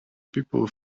people